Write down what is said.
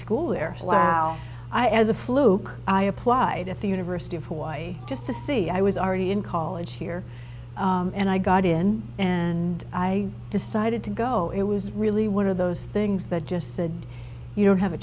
school there allow i as a fluke i applied at the university of hawaii just to see i was already in college here and i got in and i decided to go it was really one of those things that just said you don't have a